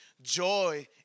Joy